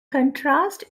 contrast